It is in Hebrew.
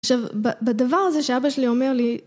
עכשיו בדבר הזה שאבא שלי אומר לי